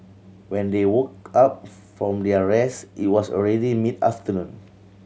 when they woke up from their rest it was already mid afternoon